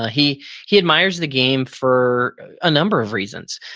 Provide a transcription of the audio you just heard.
ah he he admires the game for a number of reasons.